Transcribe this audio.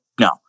No